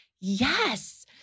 yes